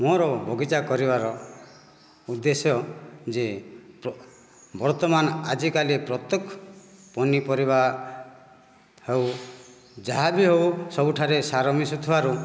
ମୋର ବଗିଚା କରିବାର ଉଦ୍ଦେଶ୍ୟ ଯେ ବର୍ତ୍ତମାନ ଆଜିକାଲି ପ୍ରତ୍ୟେକ ପନିପରିବା ହେଉ ଯାହାବି ହେଉ ସବୁଠାରେ ସାର ମିଶୁଥିବାରୁ